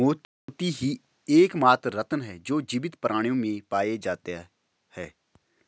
मोती ही एकमात्र रत्न है जो जीवित प्राणियों में पाए जाते है